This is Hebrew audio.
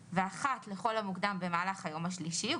אחת עם הכניסה לישראל ואחת לכל המוקדם במהלך היום השלישי.